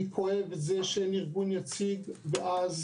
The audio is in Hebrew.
אני כואב את זה שאין ארגון יציג, ואז